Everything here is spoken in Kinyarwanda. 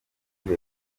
leta